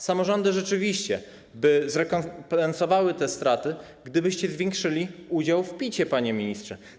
Samorządy rzeczywiście zrekompensowałyby te straty, gdybyście zwiększyli udział w podatku PIT, panie ministrze.